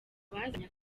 bazanye